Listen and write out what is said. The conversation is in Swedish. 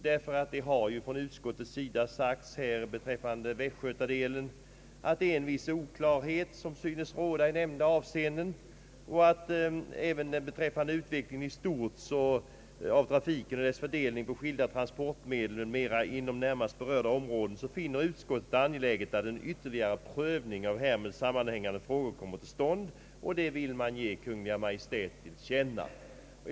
Om Göta kanals Västgötadel har utskottet sagt att en viss oklarhet synes råda beträffande utvecklingen i stort av trafiken och dess fördelning på skilda transportmedel m.m. inom närmast berörda områden, varför utskottet finner det angeläget med en ytterligare prövning av härmed sammanhängande frågor, och det vill utskottet att riksdagen skall ge Kungl. Maj:t till känna.